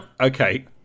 Okay